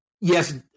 yes